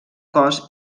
cos